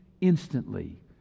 instantly